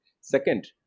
Second